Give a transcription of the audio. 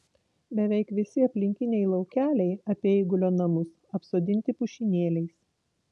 beveik visi aplinkiniai laukeliai apie eigulio namus apsodinti pušynėliais